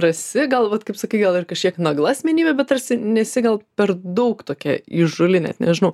drąsi gal vat kaip sakai gal ir kažkiek nagla asmenybė bet tarsi nesi gal per daug tokia įžūli net nežinau